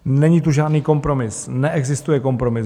Není tu žádný kompromis, neexistuje kompromis.